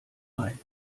ein